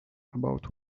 about